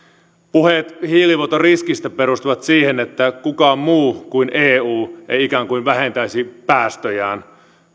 puheet hiilivuotoriskistä perustuvat siihen että kukaan muu kuin eu ei ikään kuin vähentäisi päästöjään